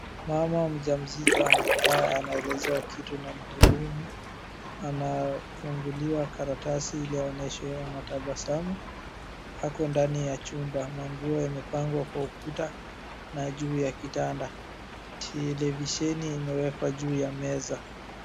Mama mjamzito ankaa anaelezewa kitu na mhudumu anafunguliwa karatasi ili aonyeshwe , antabasamu ako ndani ya chumba manguo yamepangwa kwa ukuta na juu ya kitanda. Televisheni imeekwa juu ya meza.